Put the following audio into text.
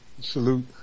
Salute